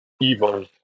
evil